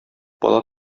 бала